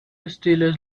still